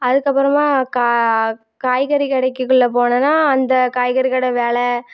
அதுக்கு அப்புறமா கா காய்கறி கடைக்குக்குள்ள போனம்னா அந்த காய்கறி கடை வேலை